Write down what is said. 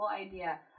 idea